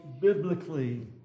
biblically